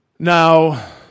Now